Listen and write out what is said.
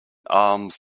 alms